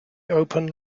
open